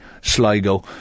Sligo